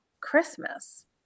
Christmas